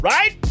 Right